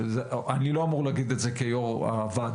אני לא אמרו להגיד את זה כיו"ר הוועדה,